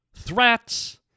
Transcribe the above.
threats